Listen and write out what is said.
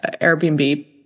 Airbnb